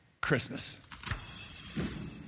Christmas